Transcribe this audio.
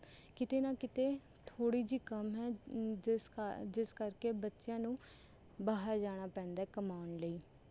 ਕਿਤੇ ਨਾ ਕਿਤੇ ਥੋੜ੍ਹੀ ਜਿਹੀ ਕਮ ਹੈ ਜਿਸ ਕਰ ਜਿਸ ਕਰਕੇ ਬੱਚਿਆਂ ਨੂੰ ਬਾਹਰ ਜਾਣਾ ਪੈਂਦਾ ਹੈ ਕਮਾਉਣ ਲਈ